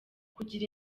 kugira